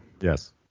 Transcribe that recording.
Yes